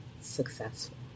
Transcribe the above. successful